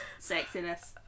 sexiness